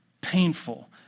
painful